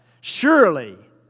Surely